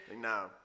no